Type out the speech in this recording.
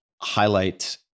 highlight